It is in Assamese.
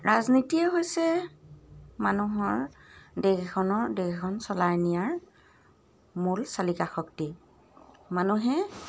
ৰাজনীতিয়ে হৈছে মানুহৰ দেশখনৰ দেশ এখন চলাই নিয়াৰ মূল চালিকা শক্তি মানুহে